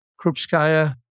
Krupskaya